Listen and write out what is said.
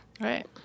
Right